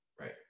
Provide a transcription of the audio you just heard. Right